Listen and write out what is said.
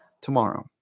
tomorrow